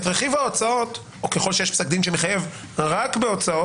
את רכיב ההוצאות או ככל שיש פסק דין שמחייב רק בהוצאות,